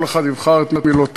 כל אחד יבחר את מילותיו,